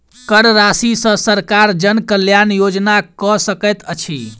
कर राशि सॅ सरकार जन कल्याण योजना कअ सकैत अछि